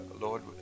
Lord